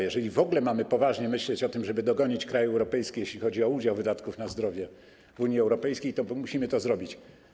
Jeżeli w ogóle mamy poważnie myśleć o tym, żeby dogonić kraje europejskie, jeśli chodzi o udział wydatków na zdrowie w Unii Europejskiej, to musimy to zrobić.